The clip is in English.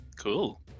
Cool